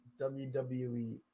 WWE